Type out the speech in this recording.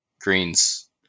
Green's